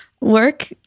work